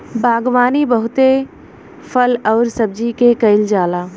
बागवानी बहुते फल अउरी सब्जी के कईल जाला